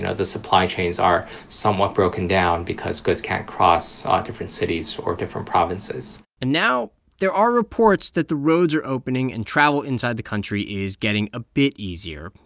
and the supply chains are somewhat broken down because goods can't cross ah different cities or different provinces and now there are reports that the roads are opening and travel inside the country is getting a bit easier.